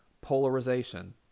polarization